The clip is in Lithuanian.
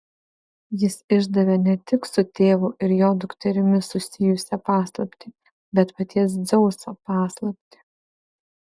jis išdavė ne tik su tėvu ir jo dukterimi susijusią paslaptį bet paties dzeuso paslaptį